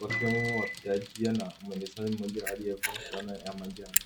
wakiwemo wapita njia na mwendeshaji aliyah valia fulana ya manjano.